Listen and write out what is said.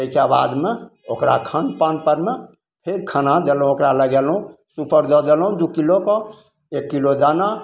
तैके बादमे ओकरा खान पानमे फेर खाना देलहुँ ओकरा लगेलहुँ सुपर दऽ देलहुँ दू किलोके एक किलो दाना